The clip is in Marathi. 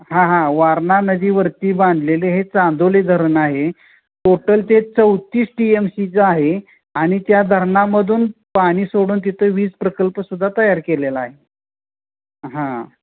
हां हां वारणा नदीवरती बांधलेले हे चांदोली धरण आहे टोटल ते चौतीस टी एम सीचं आहे आणि त्या धरणामधून पाणी सोडून तिथं वीज प्रकल्प सुद्धा तयार केलेला आहे हां